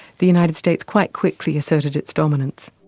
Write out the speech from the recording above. the united states quite quickly asserted its dominance.